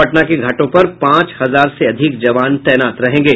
पटना के घाटों पर पांच हजार से अधिक जवान तैनात रहेंगे